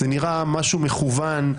זה נראה משהו מכוון.